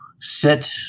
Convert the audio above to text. sit